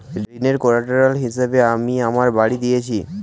ঋনের কোল্যাটেরাল হিসেবে আমি আমার বাড়ি দিয়েছি